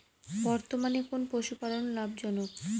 বর্তমানে কোন পশুপালন লাভজনক?